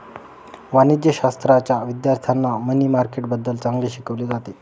वाणिज्यशाश्राच्या विद्यार्थ्यांना मनी मार्केटबद्दल चांगले शिकवले जाते